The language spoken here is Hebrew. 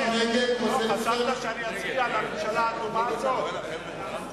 חשבת שאני אצביע לממשלה העקומה הזאת?